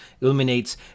Illuminates